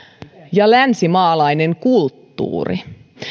ja länsimaalainen kulttuuri